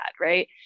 Right